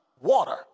Water